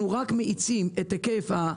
אנחנו רק מאיצים את היקף ההתקנה.